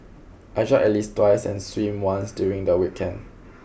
I jog at least twice and swim once during the weekend